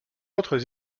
autres